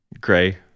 gray